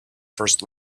first